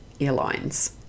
airlines